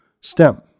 STEM